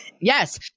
Yes